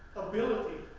ability